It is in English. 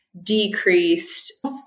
decreased